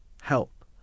help